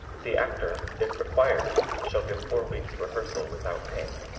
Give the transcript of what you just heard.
the actor, if required, shall give four weeks' rehearsal without pay